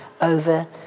over